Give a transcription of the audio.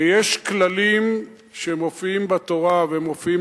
ויש כללים שמופיעים בתורה ומופיעים